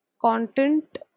Content